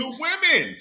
women